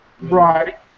Right